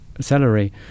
salary